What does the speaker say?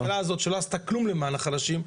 אני מקווה שהממשלה הזאת שלא עשתה כלום למען החלשים,